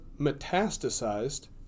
metastasized